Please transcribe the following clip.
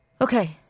Okay